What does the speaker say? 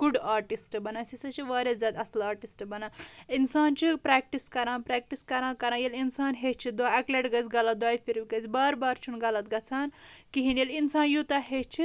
good artist بَنان أسۍ ہسا چھ واریاہ زیادٕ اصٕل آٹِسٹ بَنان اِنسان چھُ پریٚکٹِس کران پریٚکٹِس کران کران ییٚلہِ اِسان ہٮ۪چھِ اَکہِ لَٹہِ گژھِ غلط دۄیہِ پھرِ گژھِ غلط بار بار چُھ نہٕ غلط گژھان کِہنٛی ییٚلہِ اِسان یوٗتاہ ہٮ۪چھِ